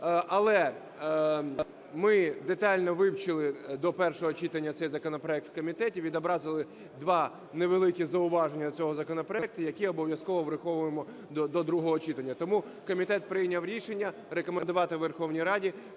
Але ми детально вивчили до першого читання цей законопроект в комітеті, відобразили 2 невеликі зауваження до цього законопроекту, які обов'язково враховуємо до другого читання. Тому комітет прийняв рішення рекомендувати Верховній Раді